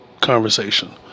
conversation